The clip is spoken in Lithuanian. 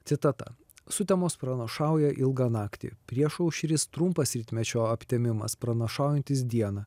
citata sutemos pranašauja ilgą naktį priešaušris trumpas rytmečio aptemimas pranašaujantis dieną